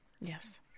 yes